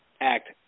act